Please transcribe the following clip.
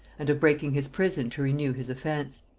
and of breaking his prison to renew his offence.